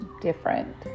different